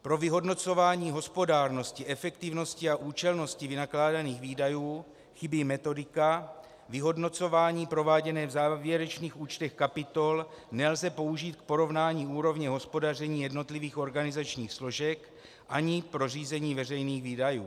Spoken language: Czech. Pro vyhodnocování hospodárnosti, efektivnosti a účelnosti vynakládaných výdajů chybí metodika, vyhodnocování prováděné v závěrečných účtech kapitol nelze použít k porovnání úrovně hospodaření jednotlivých organizačních složek ani pro řízení veřejných výdajů.